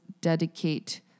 Dedicate